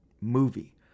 movie